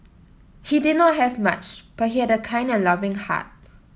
he did not have much but he had a kind and loving heart